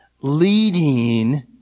leading